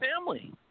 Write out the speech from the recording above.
family